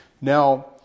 Now